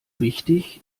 wichtig